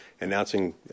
announcing